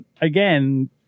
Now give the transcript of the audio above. again